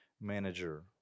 manager